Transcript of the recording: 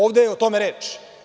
Ovde je o tome reč.